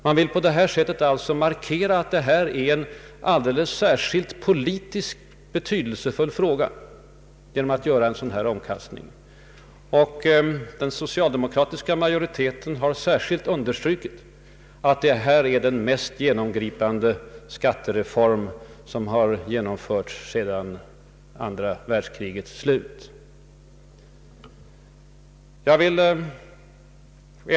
Man vill genom en sådan här omkastning markera att detta är en alldeles särskilt betydelsefull politisk fråga. Den socialdemokratiska majoriteten har särskilt understrukit att detta är den mest genomgripande skattere form som genomförts sedan andra världskrigets slut.